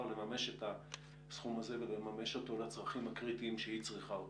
לממש את הסכום הזה ולממש אותו לצרכים הקריטיים לה.